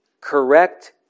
correct